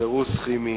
סירוס כימי,